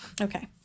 Okay